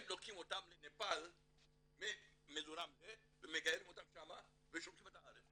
הם לוקחים אותם לנפאל --- ומגיירים אותם שם ושולחים אותם לארץ.